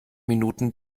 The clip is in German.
minuten